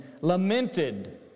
lamented